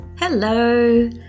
hello